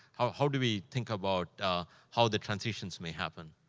how how do we think about how the transitions may happen.